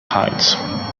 heights